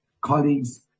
colleagues